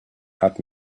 had